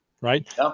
right